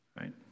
right